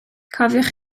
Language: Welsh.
cofiwch